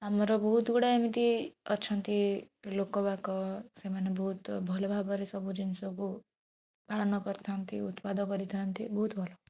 ଆମର ବହୁତ ଗୁଡ଼ାଏ ଏମିତି ଅଛନ୍ତି ଲୋକ ବାକ ସେମାନେ ବହୁତ ଭଲ ଭାବରେ ସବୁ ଜିନିଷକୁ ପାଳନ କରିଥାନ୍ତି ଉତ୍ପାଦ କରିଥାନ୍ତି ବହୁତ ଭଲ